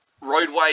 Roadway